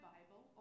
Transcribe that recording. Bible